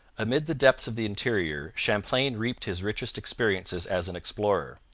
amid the depths of the interior champlain reaped his richest experiences as an explorer.